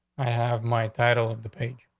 i have my title the page.